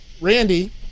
Randy